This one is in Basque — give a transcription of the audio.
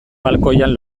balkoian